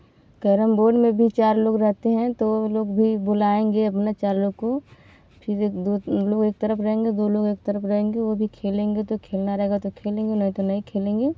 carrom board में भी चार लोग रहते हैं तो वे लोग भी बुलाएँगे अपने चार लोग को फिर एक दो लोग एक तरफ़ रहेंगे दो लोग एक तरफ़ रहेंगे ओ भी खेलेंगे तो खेलेना रहेगा तो खेलेंगे नहीं तो खेलेंगे